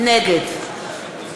נגד חיים כץ, אינו